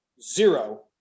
zero